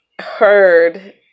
Heard